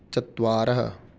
चत्वारः